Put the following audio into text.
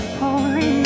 holy